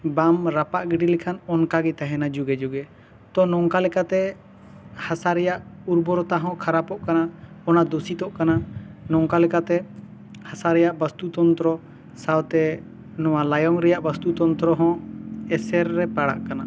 ᱵᱟᱢ ᱨᱟᱯᱟᱜ ᱜᱤᱰᱤ ᱞᱮᱠᱷᱟᱱ ᱚᱱᱠᱟ ᱜᱮ ᱛᱟᱦᱮᱱᱟ ᱡᱩᱜᱮ ᱡᱩᱜᱮ ᱛᱚ ᱱᱚᱝᱠᱟᱞᱮᱠᱟᱛᱮ ᱦᱟᱥᱟ ᱨᱮᱭᱟᱜ ᱩᱨᱵᱚᱨᱚᱛᱟ ᱦᱚᱸ ᱠᱷᱟᱨᱟᱵᱚᱜ ᱠᱟᱱᱟ ᱚᱱᱟ ᱫᱩᱥᱤᱛᱚᱜ ᱠᱟᱱᱟ ᱱᱚᱝᱠᱟ ᱞᱮᱠᱟᱛᱮ ᱦᱟᱥᱟ ᱨᱮᱱᱟᱜ ᱵᱟᱥᱛᱩ ᱛᱚᱱᱛᱨᱚ ᱥᱟᱶᱛᱮ ᱱᱚᱣᱟ ᱞᱟᱭᱚᱝ ᱨᱮᱭᱟᱜ ᱵᱟᱥᱛᱩ ᱛᱚᱱᱛᱨᱚ ᱦᱚᱸ ᱮᱥᱮᱨ ᱨᱮ ᱯᱟᱲᱟᱜ ᱠᱟᱱᱟ